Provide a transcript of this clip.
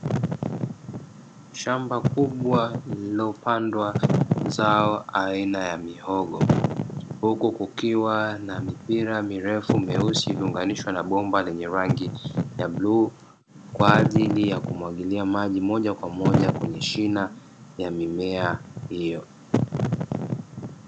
Shamba kubwa lililopandwa zao aina ya mihogo, huku kukiwa na mipira mirefu meusi iliyounganishwa na bomba lenye rangi ya bluu, kwa ajili ya kumwagilia maji moja kwa moja kwenye shina ya mimea hiyo.